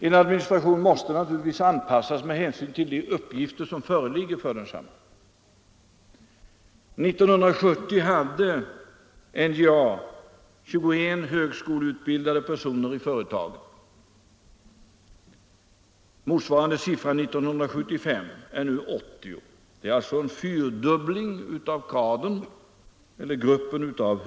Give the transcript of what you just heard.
En administration måste ju anpassas till de uppgifter som föreligger. År 1970 hade NJA 21 högskoleutbildade anställda. Motsva rande siffra 1975 är 80. Gruppen högskoleutbildade anställda har alltså fyrdubblats.